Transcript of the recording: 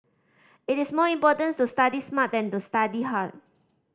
it is more important to study smart than to study hard